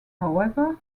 however